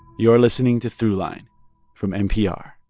you are listening to throughline from npr